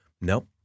Nope